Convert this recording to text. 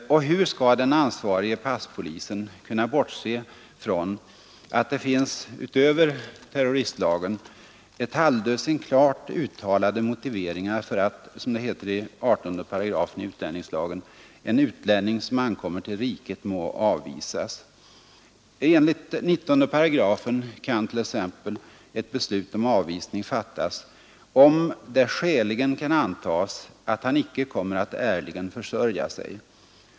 Och hur skall den ansvarige passpolisen kunna bortse från att det utöver terroristlagen finns ett halvdussin klart uttalade motiveringar för att — som det heter i 18 § utlänningslagen — en ”utlänning, som ankommer till riket, må avvisas”. Enligt 19 § kan t.ex. ett beslut om avvisning fattas om ”det skäligen kan antas att han icke kommer att ärligen försörja sig”.